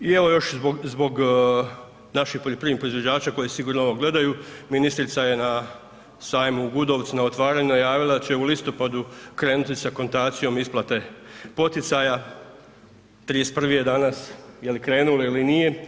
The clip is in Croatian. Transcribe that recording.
I evo još zbog, zbog naših poljoprivrednih proizvođača koji sigurno ovo gledaju, ministrica je na sajmu u Gudovcu na otvaranju najavila da će u listopadu krenuti sa akontacijom isplate poticaja 31. je danas jeli krenuo ili nije?